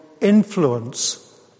influence